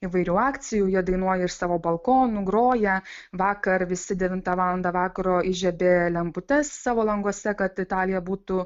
įvairių akcijų jie dainuoja iš savo balkonų groja vakar visi devintą valandą vakaro įžiebė lemputes savo languose kad italija būtų